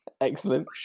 Excellent